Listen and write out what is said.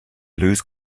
lose